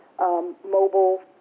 mobile